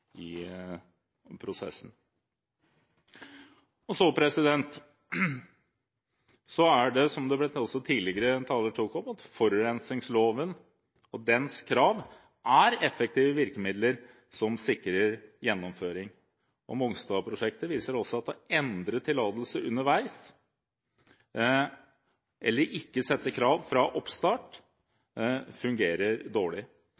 Som også en tidligere taler tok opp, er forurensningsloven og dens krav effektive virkemidler som sikrer gjennomføring. Mongstad-prosjektet viser også at det å endre tillatelse underveis, eller ikke å sette krav fra oppstart, fungerer dårlig.